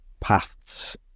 paths